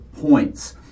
points